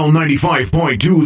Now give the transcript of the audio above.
95.2